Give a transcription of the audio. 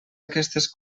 aquestes